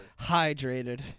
hydrated